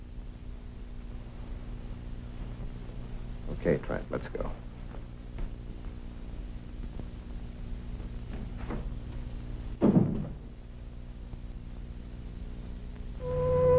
time